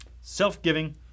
Self-giving